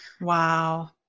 Wow